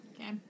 Okay